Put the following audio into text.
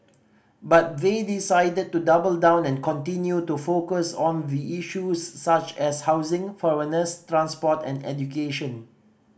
but they decided to double down and continue to focus on the issues such as housing foreigners transport and education